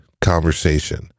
conversation